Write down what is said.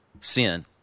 sin